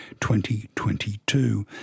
2022